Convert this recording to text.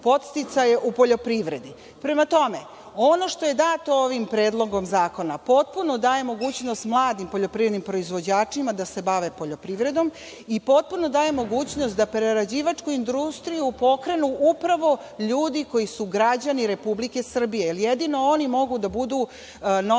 u poljoprivredi. Prema tome, ono što je dato ovim Predlogom zakona, potpuno se daje mogućnost mladim poljoprivrednim proizvođačima da se bave poljoprivredom i potpuno daje mogućnost da prerađivačku industriju pokrenu upravo ljudi koji su građani Republike Srbije, jer jedino oni mogu da budu nosioci